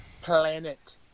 Planet